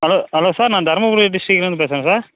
hello hello sir நான் தர்மபுரி டிஸ்ட்ரிக்லேருந்து பேசுகிறேன் சார்